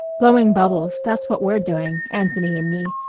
blowing bubbles that's what we're doing, anthony and me.